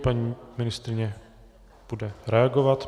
Paní ministryně bude reagovat.